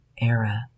era